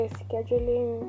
scheduling